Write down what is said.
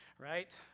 Right